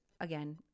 again